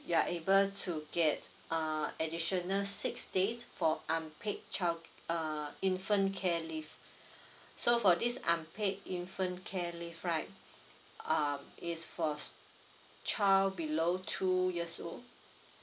you're able to get uh additional six days for unpaid child uh infant care leave so for this unpaid infant care leave right um is for child below two years old